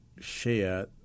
share